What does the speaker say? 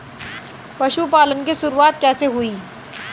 पशुपालन की शुरुआत कैसे हुई?